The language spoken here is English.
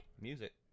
music